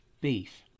beef